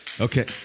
Okay